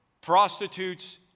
prostitutes